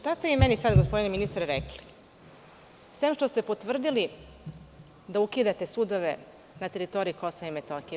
Šta ste vi meni sada gospodine ministre rekli, sem što ste potvrdili da ukidate sudove na teritoriji Kosova i Metohije?